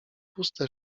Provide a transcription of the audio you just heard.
puste